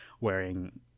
wearing